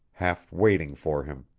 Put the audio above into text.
half waiting for him.